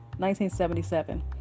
1977